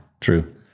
true